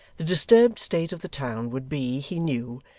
the disturbed state of the town would be, he knew,